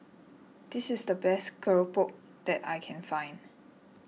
this is the best Keropok that I can find